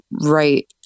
right